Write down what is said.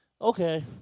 okay